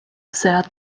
sad